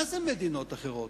מה זה מדינות אחרות?